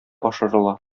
ашырыла